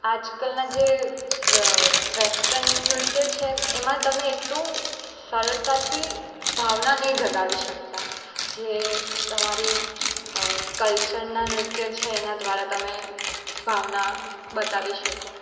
આજકાલના જે વેસ્ટર્ન નૃત્ય છે એમાં તમે એટલું સરળતાથી ભાવના નથી જગાવી શકતા જે તમારી કલ્ચરના નૃત્ય છે એના દ્વારા તમે ભાવના બતાવી શકો